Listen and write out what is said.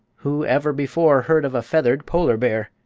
who ever before heard of a feathered polar bear?